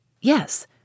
Yes